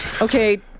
okay